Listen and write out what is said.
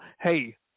hey